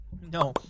No